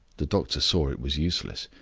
the doctor saw it was useless.